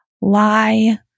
lie